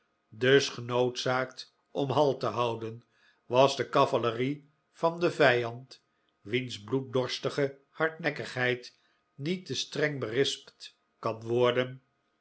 dus genoodzaakt om halt te houden was de cavalerie van den vijand wiens bloeddorstige hafdnekkigheid niet te streng berispt kan worden